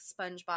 Spongebob